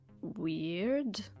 weird